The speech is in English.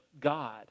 God